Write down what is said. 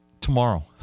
Tomorrow